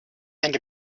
and